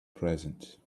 present